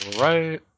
right